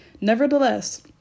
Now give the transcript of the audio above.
Nevertheless